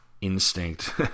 instinct